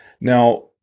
Now